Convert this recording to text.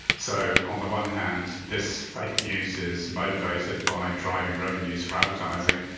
so on the one hand this fake news is motivated by driving revenues for advertising,